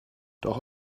doch